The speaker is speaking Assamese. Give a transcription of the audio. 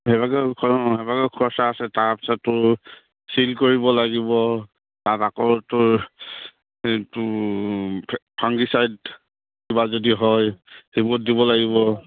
সেভাগে সেভাগৰ খৰচা আছে তাৰপিছতো চিল কৰিব লাগিব তাত আকৌ তোৰ এইটো ফাংগি চাইড কিবা যদি হয় সেইবোৰত দিব লাগিব